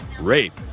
rape